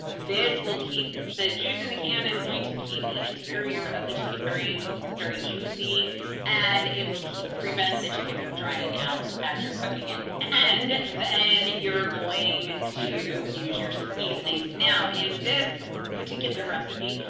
this will keep the juice in the can is going to keep the interior of the chicken very very juicy and it will prevent the chicken from drying out as you're cooking it and then you're going to use your seasonings. now in this particular recipe,